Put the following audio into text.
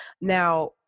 Now